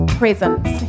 presence